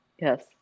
Yes